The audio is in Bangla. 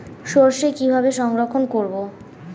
সরষে কিভাবে সংরক্ষণ করব?